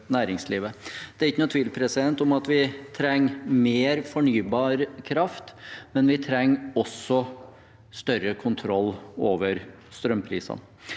Det er ikke noen tvil om at vi trenger mer fornybar kraft, men vi trenger også større kontroll over strømprisene.